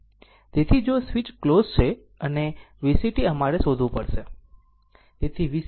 તેથી જો switch close છે અને VCt અમારે શોધવું પડશે